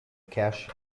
cash